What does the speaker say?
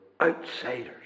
Outsiders